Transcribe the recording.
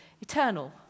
eternal